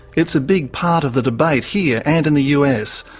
it's a big part of the debate here and in the us.